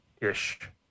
ish